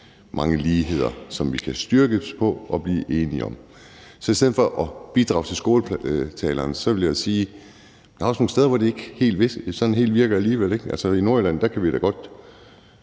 mange ligheder, som vi kan styrkes på og blive enige om. Så i stedet for at bidrage til skåltalerne vil jeg sige, at der også er nogle steder, hvor det ikke sådan helt virker alligevel, ikke? I Nordjylland kan vi da godt